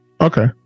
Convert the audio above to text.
Okay